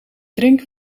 drink